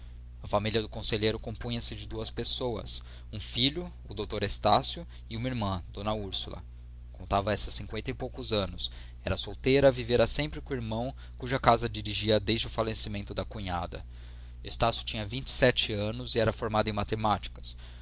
a família do conselheiro compunha-se de duas pessoas um filho o dr estácio e uma irmã d úrsula contava esta cinqüenta e poucos anos era solteira vivera sempre com o irmão cuja casa dirigia desde o falecimento da cunhada estácio tinha vinte e sete anos e era formado em matemáticas